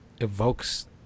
evokes